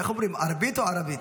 איך אומרים, ערְבית או ערָבית?